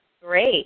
great